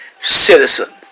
citizen